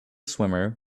swimmer